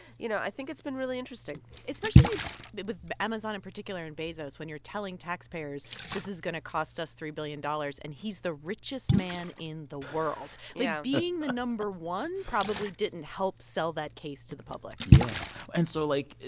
you know, i think it's been really interesting especially with amazon in particular and bezos when you're telling taxpayers, this is going to cost us three billion dollars, and he's the richest man in the world yeah like, being the no. one probably didn't help sell that case to the public yeah. and so, like,